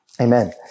Amen